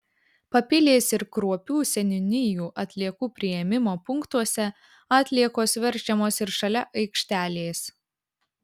papilės ir kruopių seniūnijų atliekų priėmimo punktuose atliekos verčiamos ir šalia aikštelės